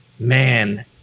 Man